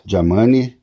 Jamani